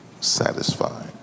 satisfied